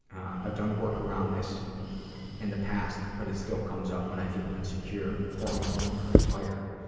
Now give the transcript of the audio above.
i've done work around this in the past but it still comes up when i feel insecure, hormonal or tired.